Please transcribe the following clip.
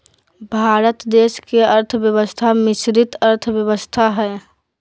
भारत देश के अर्थव्यवस्था मिश्रित अर्थव्यवस्था हइ